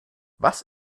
was